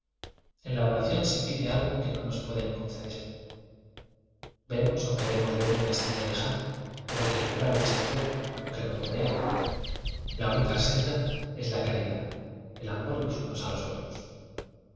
en la oración se pide algo que no nos pueden conceder vemos o queremos ver una es trella lejana pero que borra lo exterior lo que nos rodea la única sencia es la cari dad el amor los unos a los otros